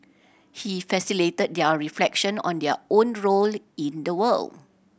he facilitated their reflection on their own role in the world